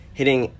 hitting